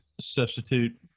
substitute